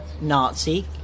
Nazi